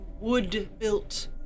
wood-built